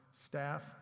staff